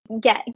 get